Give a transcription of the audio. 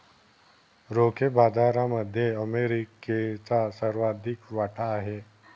रोखे बाजारामध्ये अमेरिकेचा सर्वाधिक वाटा आहे